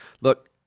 look